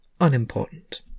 unimportant